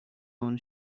own